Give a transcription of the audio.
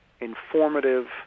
informative